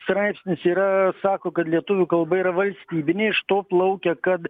straipsnis yra sako kad lietuvių kalba yra valstybinė iš to plaukia kad